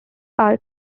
are